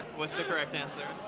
what's the correct answer? there